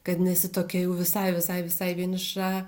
kad nesi tokia jau visai visai visai vieniša